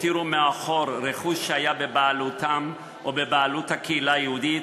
הותירו מאחור רכוש שהיה בבעלותם או בבעלות הקהילה היהודית,